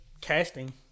casting